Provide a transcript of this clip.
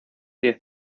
diez